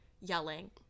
yelling